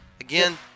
again